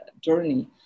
journey